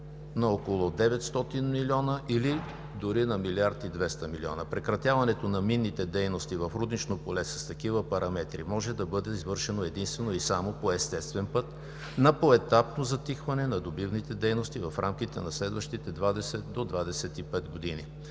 на около 900 милиона или дори на милиард и 200 милиона. Прекратяването на минните дейности в руднично поле с такива параметри може да бъде извършено единствено и само по естествен път на поетапно затихване на добивните дейности в рамките на следващите 20 до 25 години.